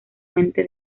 fuente